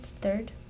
third